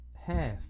half